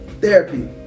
therapy